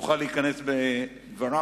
תוכל להיכנס לדבריו,